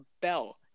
bell